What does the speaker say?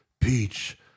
Peach